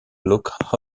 look